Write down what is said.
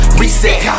reset